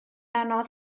anodd